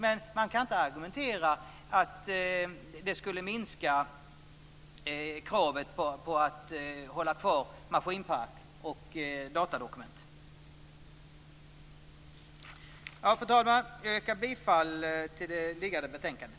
Men man kan inte argumentera för att det skulle minska kravet på att hålla kvar maskinpark och datadokument. Fru talman! Jag yrkar bifall till hemställan i det liggande betänkandet.